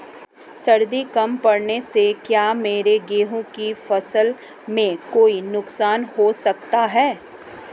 सर्दी कम पड़ने से क्या मेरे गेहूँ की फसल में कोई नुकसान हो सकता है?